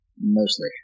Mostly